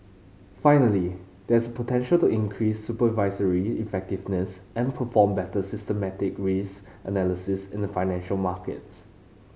finally there is potential to increase supervisory effectiveness and perform better systemic risk analysis in the financial markets